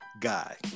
guy